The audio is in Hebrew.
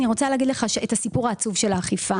אני רוצה להגיד לך את הסיפור העצוב של האכיפה.